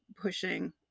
pushing